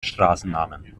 straßennamen